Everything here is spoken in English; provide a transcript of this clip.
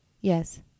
Yes